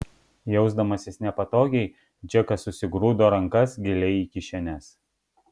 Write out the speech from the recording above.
jausdamasis nepatogiai džekas susigrūdo rankas giliai į kišenes